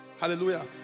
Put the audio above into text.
hallelujah